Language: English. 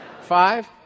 Five